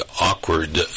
awkward